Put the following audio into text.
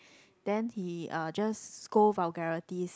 then he uh just scold vulgarities